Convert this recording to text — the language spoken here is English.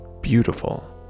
beautiful